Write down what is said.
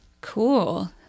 Cool